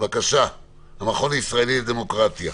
מהמכון הישראלי לדמוקרטיה.